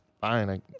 fine